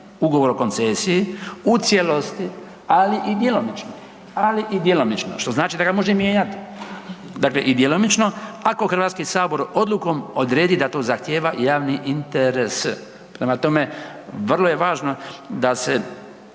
ugovor o koncesiji u cijelosti, ali i djelomično, ali i djelomično što znači da ga može mijenjati, dakle i djelomično ako Hrvatski sabor odlukom odredi da to zahtijeva i javni interes. Prema tome, vrlo je važno da se,